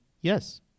yes